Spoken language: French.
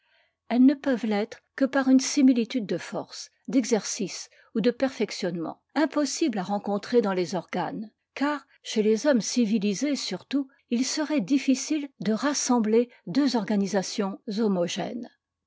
elles ne peuvent l'être que par une similitude de force d'exercice ou de perfection impossible à rencontrer dans les organes car chez les hommes civilisés surtout il serait difficile de rassembler deux organisations